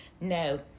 no